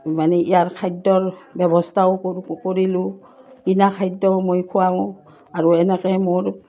মানে ইয়াৰ খাদ্যৰ ব্যৱস্থাও কৰোঁ কৰিলোঁ কিনা খাদ্যও মই খুৱাওঁ আৰু এনেকৈ মোৰ